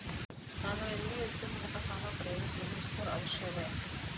ನಾನು ಎನ್.ಬಿ.ಎಫ್.ಸಿ ಮೂಲಕ ಸಾಲ ಪಡೆಯಲು ಸಿಬಿಲ್ ಸ್ಕೋರ್ ಅವಶ್ಯವೇ?